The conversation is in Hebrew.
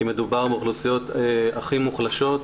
כי מדובר באוכלוסיות הכי מוחלשות,